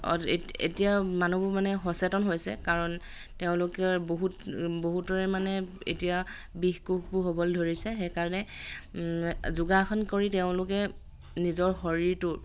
এতিয়া মানুহবোৰ মানে সচেতন হৈছে কাৰণ তেওঁলোকে বহুত বহুতৰে মানে এতিয়া বিষ কোষবোৰ হ'বলৈ ধৰিছে সেইকাৰণে যোগাসন কৰি তেওঁলোকে নিজৰ শৰীৰটো